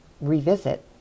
revisit